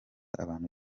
abantu